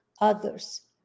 others